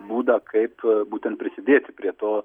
būdą kaip būtent prisidėti prie to